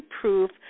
proof